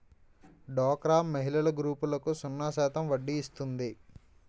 డోక్రా మహిళల గ్రూపులకు సున్నా శాతం వడ్డీ ఇస్తుంది